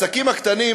העסקים הקטנים,